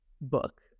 book